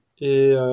et